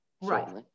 Right